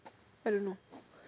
I don't know